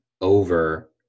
over